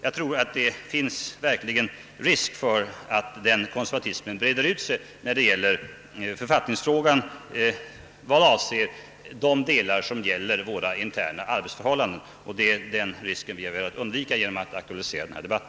Jag tror verkligen att det finns risk för att denna konservatism breder ut sig i författningsfrågan när det gäller våra interna arbetsförhållanden, och det är det vi velat undvika genom att aktualisera denna debatt.